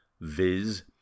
viz